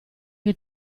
che